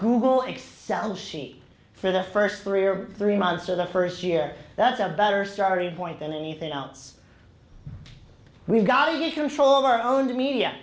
google excel sheet for the first three or three months or the first year that's a better starting point than anything else we've got to get control of our own to media